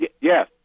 Yes